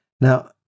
Now